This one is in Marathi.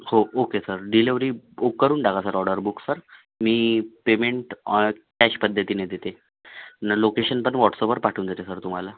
हो ओके सर डिलीव्हरी करून टाका सर ऑर्डर बुक सर मी पेमेंट ऑअ कॅश पद्धतीने देते न लोकेशन पण व्हॉटसअपवर पाठवून देते सर तुम्हाला